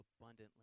abundantly